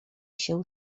się